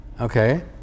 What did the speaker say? okay